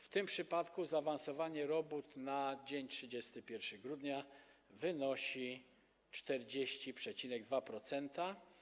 W tym przypadku zaawansowanie robót na dzień 31 grudnia wynosi 40,2%.